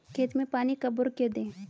खेत में पानी कब और क्यों दें?